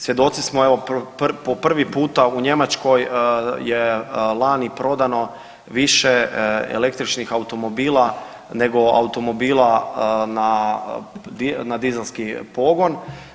Svjedoci smo evo po prvi puta u Njemačkoj je lani prodano više električnih automobila nego automobila na dizelski pogon.